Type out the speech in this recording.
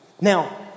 Now